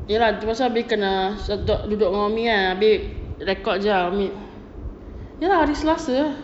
ya lah tu pasal umi kena juga umi abeh ah record jap ya lah this selasa lah